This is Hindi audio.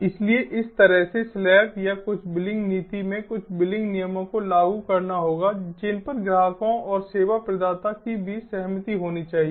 इसलिए इस तरह से स्लैब या कुछ बिलिंग नीति में कुछ बिलिंग नियमों को लागू करना होगा जिन पर ग्राहकों और सेवा प्रदाता के बीच सहमति होनी चाहिए